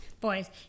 Boys